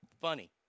Funny